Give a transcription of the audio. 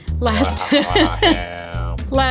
last